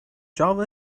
java